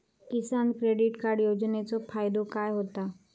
किसान credit card योजनेचो फायदो काय होता?